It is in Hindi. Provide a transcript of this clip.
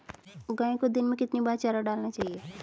गाय को दिन में कितनी बार चारा डालना चाहिए?